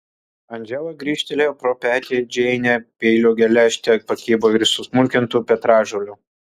andžela grįžtelėjo pro petį į džeinę peilio geležtė pakibo virš susmulkintų petražolių